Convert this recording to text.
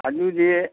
ꯑꯗꯨꯗꯤ